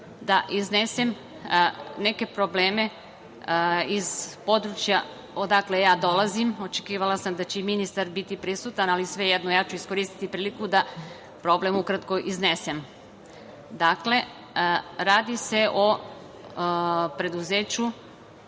da iznesem neke probleme iz područja odakle ja dolazim. Očekivala sam da će ministar biti prisutan, ali svejedno ja ću iskoristiti priliku da problem ukratko iznesem. Dakle, radi se o preduzeću